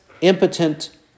impotent